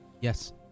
Yes